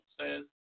says